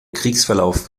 kriegsverlauf